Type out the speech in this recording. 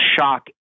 shock